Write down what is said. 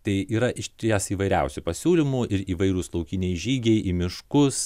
tai yra išties įvairiausių pasiūlymų ir įvairūs laukiniai žygiai į miškus